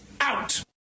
out